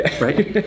right